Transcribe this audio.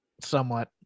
somewhat